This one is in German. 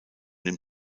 den